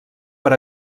per